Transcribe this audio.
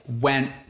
went